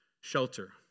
shelter